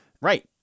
Right